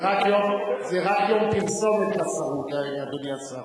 זה רק יום פרסומת לשרות, אדוני השר.